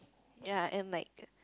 ya and like